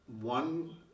one